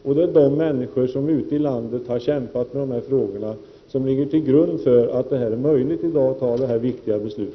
Och det är de människor som ute i landet har kämpat för dessa frågor som har lagt grunden för att det i dag är möjligt att fatta detta viktiga beslut.